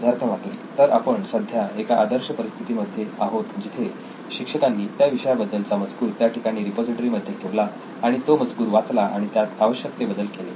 सिद्धार्थ मातुरी तर आपण सध्या एका आदर्श स्थितीमध्ये आहोत जिथे शिक्षकांनी त्या विषयाबद्दलचा मजकूर त्याठिकाणी रिपॉझिटरी मध्ये ठेवला आणि तो मजकूर वाचला आणि त्यात आवश्यक ते बदल केले